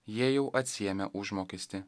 jie jau atsiėmė užmokestį